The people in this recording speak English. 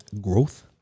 growth